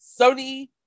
Sony